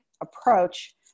approach